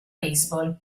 baseball